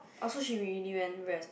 oh so she really went west